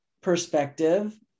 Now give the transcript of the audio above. perspective